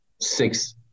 six